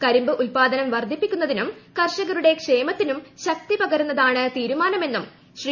കരിമ്പ് ഉത്പാദനം വർധിപ്പിക്കുന്നതിനും കർഷകരുടെ ക്ഷേമത്തിനും ശക്തി പകരുന്നതാണ് തീരുമാനം എന്നും ശ്രീ